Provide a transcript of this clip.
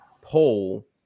poll